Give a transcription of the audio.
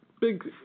big